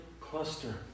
cluster